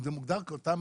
מוגדר כאותם